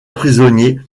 prisonniers